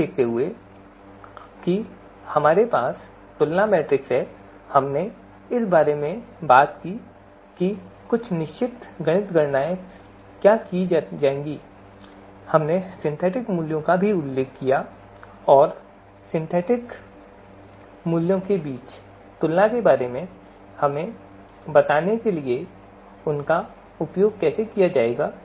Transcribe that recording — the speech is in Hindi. हमने कुछ गणित से जुडी हुई गणनाओं के बारे में बात की जिन्का हमे अपयोग करना है हमने सिंथेटिक मूल्यों का भी उल्लेख किया और दो सिंथेटिक मूल्यों के बीच तुलना के बारे में हमें बताने के लिए उनका उपयोग कैसे किया जाएगा